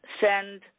send